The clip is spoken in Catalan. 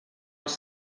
als